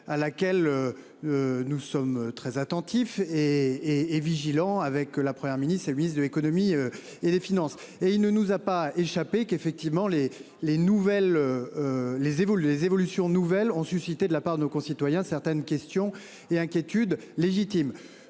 à laquelle. Nous sommes très attentifs et et vigilant avec la Première ministre et le ministre de l'Économie et des Finances et il ne nous a pas échappé qu'effectivement les les nouvelles. Les et vous les évolutions nouvelles ont suscité de la part de nos concitoyens, certaines questions et inquiétudes légitimes